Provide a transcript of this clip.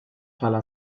bħala